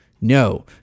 no